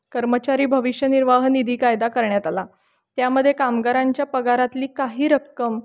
कर्मचारी भविष्य निर्वाह निधी कायदा करण्यात आला त्यामध्ये कामगारांच्या पगारातली काही रक्कम